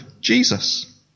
Jesus